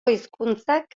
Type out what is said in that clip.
hizkuntzak